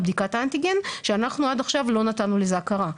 בדיקת אנטיגן שאנחנו עד עכשיו לא נתנו לזה הכרה.